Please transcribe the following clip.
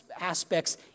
aspects